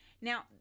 Now